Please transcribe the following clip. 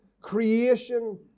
creation